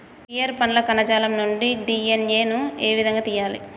Pear పండ్ల కణజాలం నుండి డి.ఎన్.ఎ ను ఏ విధంగా తియ్యాలి?